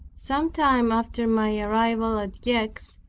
sometime after my arrival at gex,